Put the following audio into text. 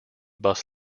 bus